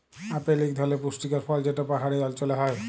apple ইক ধরলের পুষ্টিকর ফল যেট পাহাড়ি অল্চলে হ্যয়